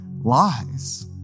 lies